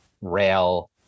rail